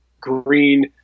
green